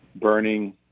burning